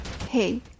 Hey